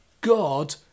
god